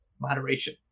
moderation